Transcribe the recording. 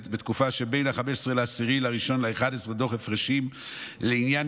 בתקופה שבין 15 באוקטובר ל-1 בנובמבר דוח הפרשים לעניין